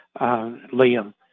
Liam